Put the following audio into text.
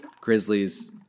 grizzlies